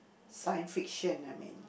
science fiction I mean